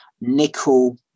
nickel